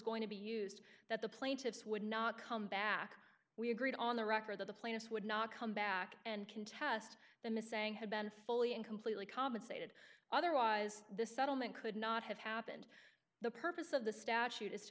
going to be used that the plaintiffs would not come back we agreed on the record that the plaintiffs would not come back and contest the missing had been fully and completely compensated otherwise this settlement could not have happened the purpose of the statute